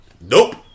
Nope